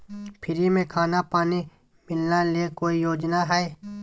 Free में खाना पानी मिलना ले कोइ योजना हय?